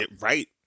right